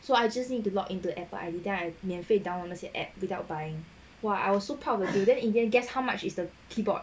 so I just need to log into apple I_D then I 免费 download 那些 app without buying while I was so proud to do then in the end guess how much is the keyboard